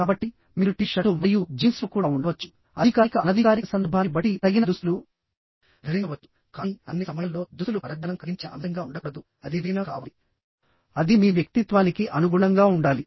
కాబట్టిమీరు T shirt మరియు jeans లో కూడా ఉండవచ్చు అధికారిక అనధికారిక సందర్భాన్ని బట్టి తగిన దుస్తులు ధరించవచ్చుకానీ అన్ని సమయాల్లో దుస్తులు పరధ్యానం కలిగించే అంశంగా ఉండకూడదు అది విలీనం కావాలిఅది మీ వ్యక్తిత్వానికి అనుగుణంగా ఉండాలి